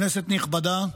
כנסת נכבדה,